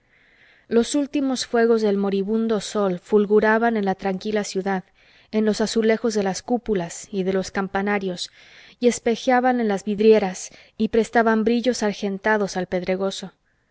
los últimos fuegos del moribundo sol fulguraban en la tranquila ciudad en los azulejos de las cúpulas y de los campanarios y espejeaban en las vidrieras y prestaban brillos argentados al pedregoso